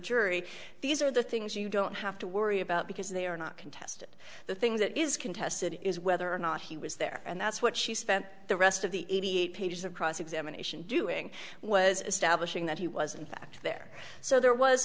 jury these are the things you don't have to worry about because they are not contested the things that is contested is whether or not he was there and that's what she spent the rest of the eighty eight pages of cross examination doing was establishing that he was in fact there so there was